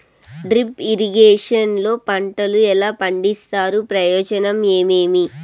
Drip irrigation లో పంటలు ఎలా పండిస్తారు ప్రయోజనం ఏమేమి?